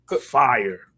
fire